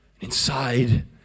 Inside